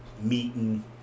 meeting